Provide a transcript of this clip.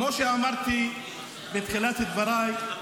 כמו שאמרתי בתחילת דבריי,